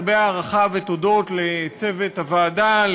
הרבה הערכה ותודות לצוות הוועדה,